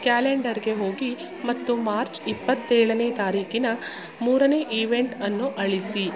ಕ್ಯಾಲೆಂಡರ್ಗೆ ಹೋಗಿ ಮತ್ತು ಮಾರ್ಚ್ ಇಪ್ಪತ್ತೇಳನೇ ತಾರೀಕಿನ ಮೂರನೇ ಈವೆಂಟ್ ಅನ್ನು ಅಳಿಸಿ